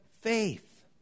faith